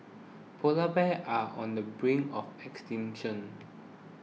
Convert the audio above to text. Polar Bears are on the brink of extinction